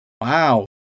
Wow